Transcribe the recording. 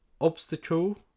obstacle